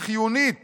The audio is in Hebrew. החיונית